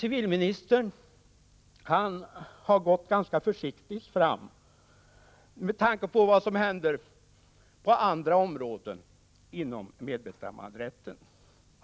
Civilministern har emellertid gått mycket försiktigt fram med tanke på vad som händer på andra områden inom medbestämmanderätten.